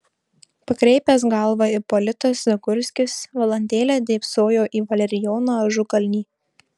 pakreipęs galvą ipolitas zagurskis valandėlę dėbsojo į valerijoną ažukalnį